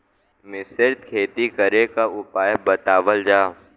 मिश्रित खेती करे क उपाय बतावल जा?